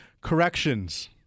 Corrections